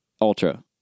Ultra